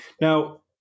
Now